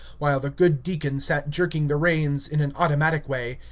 while the good deacon sat jerking the reins, in an automatic way,